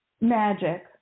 Magic